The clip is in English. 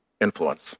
influence